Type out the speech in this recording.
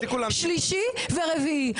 שלישי ורביעי,